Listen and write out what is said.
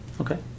Okay